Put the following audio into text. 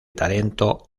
tarento